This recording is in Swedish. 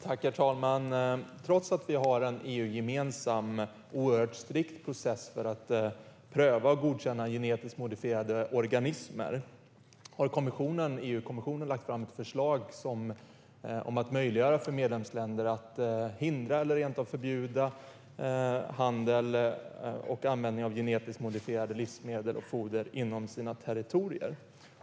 Herr talman! Trots att vi har en EU-gemensam och oerhört strikt process för att pröva och godkänna genetiskt modifierade organismer har EU-kommissionen lagt fram ett förslag om att möjliggöra för medlemsländer att hindra eller rent av förbjuda handel med och användning av genetiskt modifierade livsmedel och genetiskt modifierat foder inom sina territorier.